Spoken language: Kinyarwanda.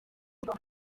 trump